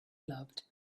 loved